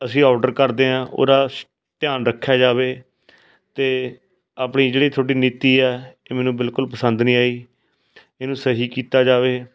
ਅਸੀਂ ਔਡਰ ਕਰਦੇ ਹਾਂ ਉਹਦਾ ਧਿਆਨ ਰੱਖਿਆ ਜਾਵੇ ਅਤੇ ਆਪਣੀ ਜਿਹੜੀ ਤੁਹਾਡੀ ਨੀਤੀ ਆ ਇਹ ਮੈਨੂੰ ਬਿਲਕੁਲ ਪਸੰਦ ਨਹੀਂ ਆਈ ਇਹਨੂੰ ਸਹੀ ਕੀਤਾ ਜਾਵੇ